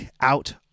out